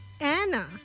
Anna